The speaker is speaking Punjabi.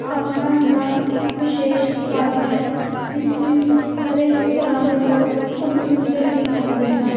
ਆਪ ਖਾਸ ਬਾਗ ਇੱਕ ਵਿਸ਼ੇਸ਼ ਬਾਗ ਹੈ ਜਿਸ ਵਿੱਚ ਹਰੇਕ ਤਰ੍ਹਾਂ ਦੇ ਲੋਕ ਘੁੰਮਣ ਫਿਰਨ ਲਈ ਆਉਂਦੇ ਹਨ